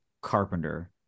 Carpenter